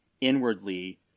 inwardly